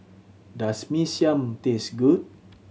does Mee Siam taste good